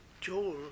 Joel